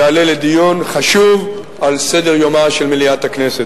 הוא יעלה לדיון חשוב על סדר-יומה של מליאת הכנסת.